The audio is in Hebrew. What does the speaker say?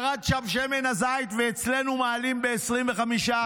שם ירד שמן הזית, ואצלנו מעלים ב-25%.